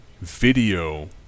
video